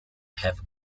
have